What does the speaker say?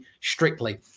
strictly